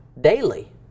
daily